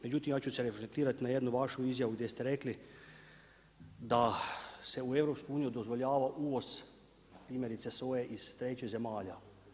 Međutim, ja ću se reflektirati na jednu vašu izjavu gdje ste rekli da se u EU dozvoljava uvoz primjerice soje iz trećih zemalja.